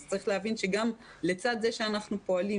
אז צריך להבין שגם לצד זה שאנחנו פועלים